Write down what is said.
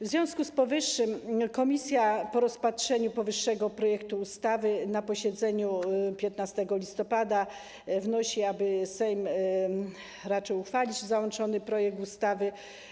W związku z powyższym komisja po rozpatrzeniu przedstawionego projektu ustawy na posiedzeniu 15 listopada wnosi, aby Sejm raczył uchwalić załączony projekt ustawy.